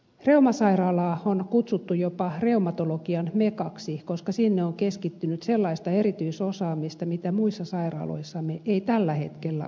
reumasairaalaa on kutsuttu jopa reumatologian mekaksi koska sinne on keskittynyt sellaista erityisosaamista mitä muissa sairaaloissamme ei tällä hetkellä ole